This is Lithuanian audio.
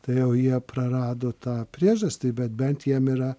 tai jau jie prarado tą priežastį bet bent jiem yra